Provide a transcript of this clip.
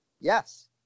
Yes